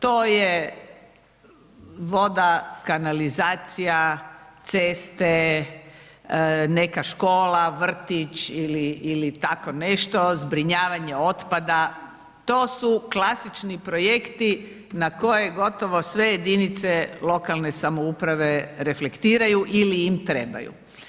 To je voda, kanalizacija, ceste, neka škola, vrtić ili tako nešto, zbrinjavanje otpada, to su klasični projekti na koje gotovo sve jedinice lokalne samouprave reflektiraju ili im trebaju.